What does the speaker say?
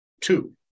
two